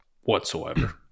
whatsoever